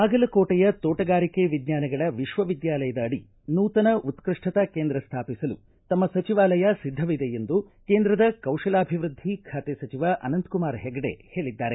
ಬಾಗಲಕೋಟೆಯ ತೋಟಗಾರಿಕೆ ವಿಜ್ಞಾನಗಳ ವಿಶ್ವವಿದ್ಯಾಲಯದ ಅಡಿ ನೂತನ ಉತ್ಪಷ್ಠತಾ ಕೇಂದ್ರ ಸ್ಥಾಪಿಸಲು ತಮ್ಮ ಸಚಿವಾಲಯ ಸಿದ್ಧವಿದೆ ಎಂದು ಕೌಶಲಾಭಿವೃದ್ಧಿ ಬಾತೆ ಸಚಿವ ಸಚಿವ ಅನಂತಕುಮಾರ ಹೆಗಡೆ ಹೇಳಿದ್ದಾರೆ